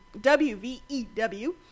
W-V-E-W